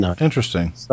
Interesting